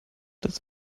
das